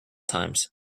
times